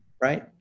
Right